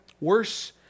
Worse